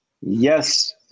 Yes